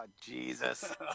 jesus